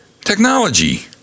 technology